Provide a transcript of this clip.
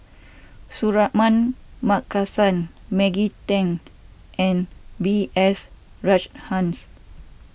Suratman Markasan Maggie Teng and B S Rajhans